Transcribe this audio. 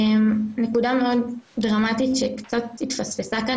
נקודה מאוד דרמטית שקצת התפספסה כאן